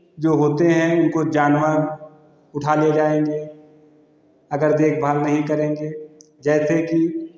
जो होते हैं उनको जानवर उठा ले जाएंगे अगर देख भाल नहीं करेंगे जैसे कि